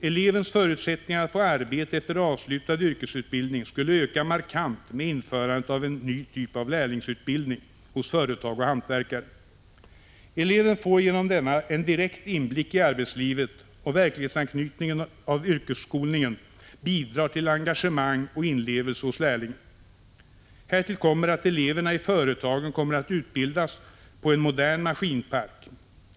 Elevens förutsättningar att få arbete efter avslutad yrkesutbildning skulle öka markant med införandet av en ny typ av lärlingsutbildning hos företag och hantverkare. Eleven får genom denna en direkt inblick i arbetslivet, och verklighetsanknytningen av yrkesskolningen bidrar till engagemang och inlevelse hos lärlingen. Härtill kommer att eleverna i företagen kommer att utbildas på en modern maskinpark.